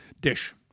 Dish